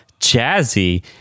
jazzy